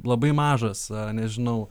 labai mažas nežinau